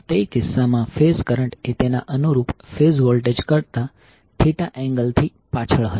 તે કિસ્સામાં phase current એ તેના અનુરૂપ ફેઝ વોલ્ટેજ કરતાએંગલથી પાછળ હશે